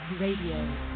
Radio